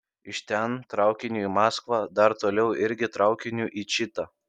iš ten traukiniu į maskvą dar toliau irgi traukiniu į čitą